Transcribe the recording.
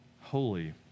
holy